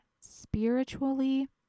spiritually